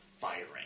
firing